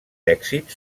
èxits